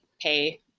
pay